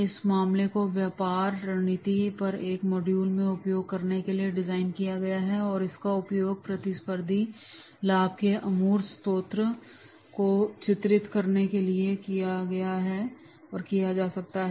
इस मामले को व्यापार रणनीति पर एक मॉड्यूल में उपयोग करने के लिए डिज़ाइन किया गया है और इसका उपयोग प्रतिस्पर्धी लाभ के अमूर्त स्रोतों को चित्रित करने के लिए भी किया जा सकता है